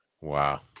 Wow